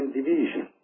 division